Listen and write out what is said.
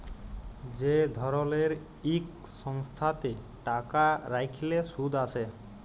যে ধরলের ইক সংস্থাতে টাকা রাইখলে সুদ আসে